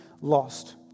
lost